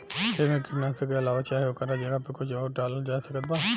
खेत मे कीटनाशक के अलावे चाहे ओकरा जगह पर कुछ आउर डालल जा सकत बा?